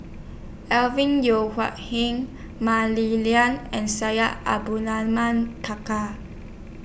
Alvin Yeo Hai Mah Li Lian and Syed Abdulrahman